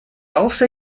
also